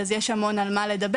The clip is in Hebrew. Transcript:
אז יש המון על מה לדבר,